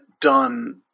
done